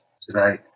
today